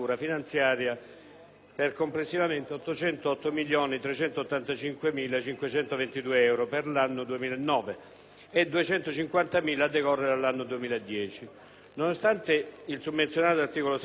per complessivamente 808.385.522 euro per l'anno 2009 e 250.000 a decorrere dall'anno 2010. Nonostante il summenzionato articolo 7,